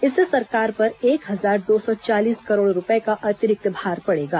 इससे सरकार पर एक हजार दो सौ चालीस करोड़ रुपये का अतिरिक्त भार पडेगा